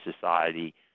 Society